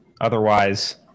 otherwise